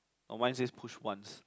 oh mine says push once